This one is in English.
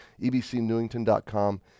ebcnewington.com